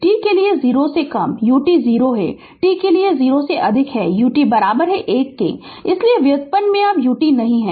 t के लिए 0 से कम ut 0 है t के लिए 0 से अधिक ut 1 इसलिए व्युत्पत्ति में अब ut नहीं है